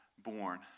born